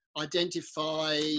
identify